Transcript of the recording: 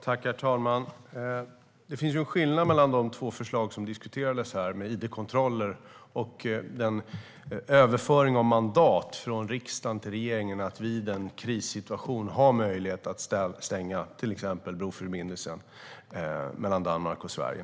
Herr talman! Det finns ju en skillnad mellan de två förslag som diskuterades här - det om id-kontroller och det om överföring av mandat från riksdagen till regeringen så att vi i en krissituation har möjlighet att stänga till exempel broförbindelsen mellan Danmark och Sverige.